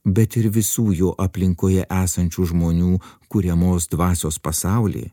bet ir visų jo aplinkoje esančių žmonių kuriamos dvasios pasaulį